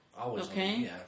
Okay